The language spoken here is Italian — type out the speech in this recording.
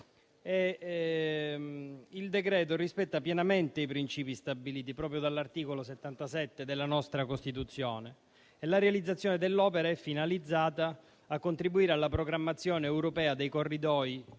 Il decreto rispetta pienamente i principi stabiliti dall'articolo 77 della nostra Costituzione e la realizzazione dell'opera è finalizzata a contribuire alla programmazione europea dei corridoi